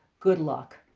good luck.